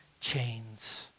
chains